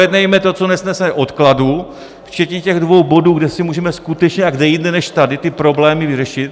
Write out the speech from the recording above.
Projednejme to, co nesnese odkladu, včetně těch dvou bodů, kde si můžeme skutečně a kde jinde než tady ty problémy vyřešit.